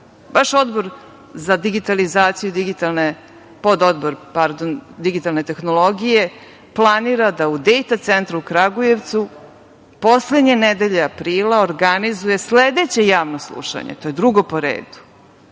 iz tog razloga naš Pododbor za digitalne tehnologije planira da u „Dejta centru“ u Kragujevcu, poslednje nedelje aprila, organizuje sledeće javno slušanje. To je drugo po redu